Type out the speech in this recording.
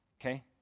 Okay